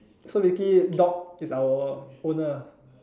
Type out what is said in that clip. so basically dog is our owner ah